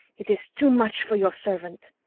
it is too much for your servant.